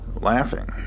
laughing